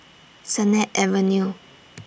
Sennett Avenue